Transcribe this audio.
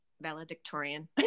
valedictorian